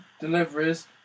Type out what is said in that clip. deliveries